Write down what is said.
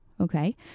okay